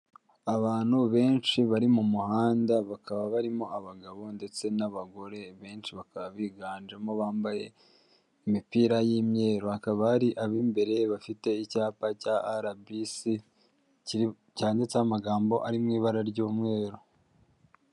Abantu benshi bari mu muhanda bakaba barimo abagabo ndetse n'abagore benshi, bakaba biganjemo bambaye imipira y'imyeru, hakaba hari ab'imbere bafite icyapa cya arabisi cyanditseho amagambo ari mu ibara ry'umweru.